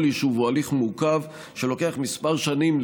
יישוב הוא הליך מורכב שלוקח כמה שנים,